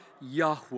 Yahweh